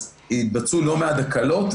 אז התבצעו לא מעט הקלות.